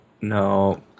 no